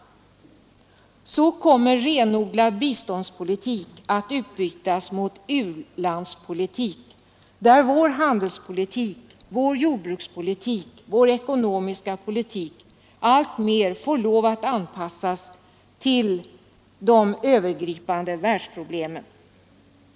Så kommer renodlad biståndspolitik att utbytas mot u-landspolitik, där vår handelspolitik, vår jordbrukspolitik och vår ekonomiska politik alltmer måste anpassas till de övergripande världsproblemen.